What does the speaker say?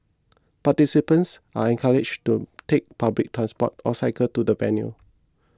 participants are encouraged to take public transport or cycle to the venue